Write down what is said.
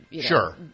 Sure